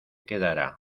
quedará